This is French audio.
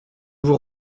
vous